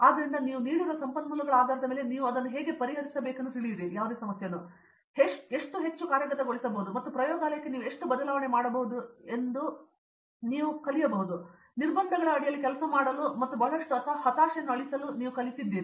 ಆದ್ದರಿಂದ ನೀವು ನೀಡಿರುವ ಸಂಪನ್ಮೂಲಗಳ ಆಧಾರದ ಮೇಲೆ ನೀವು ಅದನ್ನು ಹೇಗೆ ಪರಿಹರಿಸಬೇಕೆಂದು ತಿಳಿಯಿರಿ ಮತ್ತು ನೀವು ಅದನ್ನು ಎಷ್ಟು ಹೆಚ್ಚು ಕಾರ್ಯಗತಗೊಳಿಸಬಹುದು ಮತ್ತು ಪ್ರಯೋಗಾಲಯಕ್ಕೆ ನೀವು ಎಷ್ಟು ಬದಲಾವಣೆ ಮಾಡಬಹುದು ಎಂಬುದನ್ನು ನೀವು ಆರಿಸಿದರೆ ನೀವು ಕಲಿಯುವಂತೆಯೇ ನಿರ್ಬಂಧಗಳ ಅಡಿಯಲ್ಲಿ ಕೆಲಸ ಮಾಡಲು ಮತ್ತು ಬಹಳಷ್ಟು ಹತಾಶೆಯನ್ನು ಅಳಿಸಲು ನೀವು ಕಲಿತಿದ್ದೀರಿ